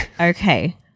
Okay